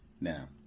Now